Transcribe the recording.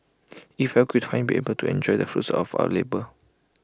IT felt great to finally be able to enjoy the fruits of our labour